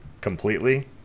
completely